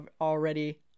already